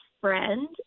friend